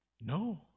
No